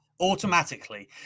Automatically